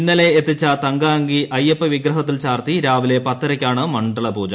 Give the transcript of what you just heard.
ഇന്നലെ എത്തിച്ച തങ്കഅങ്കി അയ്യപ്പവിഗ്രഹത്തിൽ ചാർത്തി രാവിലെ പത്തരയ്ക്കാണ് മണ്ഡലപൂജ